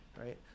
right